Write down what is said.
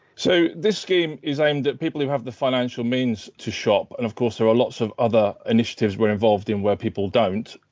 so this scheme is aimed at people who have the financial means to shop and of course, there are lots of other initiatives we're involved in where people don't.